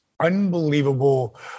unbelievable